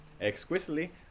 Exquisitely